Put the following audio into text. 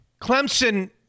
Clemson